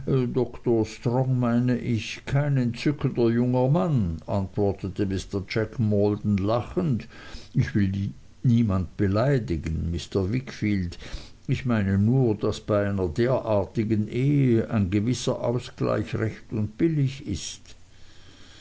doktor dr strong meine ich kein entzückender junger mann antwortete mr jack maldon lachend ich will niemand beleidigen mr wickfield ich meine nur daß bei einer derartigen ehe ein gewisser ausgleich recht und billig ist